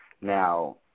now